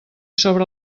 sobre